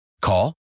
Call